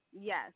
Yes